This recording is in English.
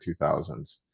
2000s